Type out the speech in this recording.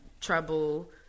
trouble